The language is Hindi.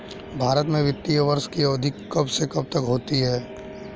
भारत में वित्तीय वर्ष की अवधि कब से कब तक होती है?